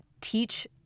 teach